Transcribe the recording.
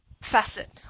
facet